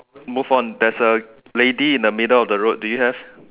move on there's a lady in the middle of the road do you have